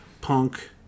Punk